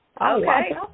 Okay